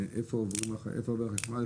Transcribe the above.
הוא צריך לדעת איפה עובר החשמל,